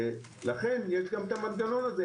ואכן יש המנגנון הזה,